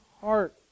heart